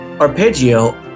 Arpeggio